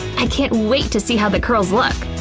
i can't wait to see how the curls look!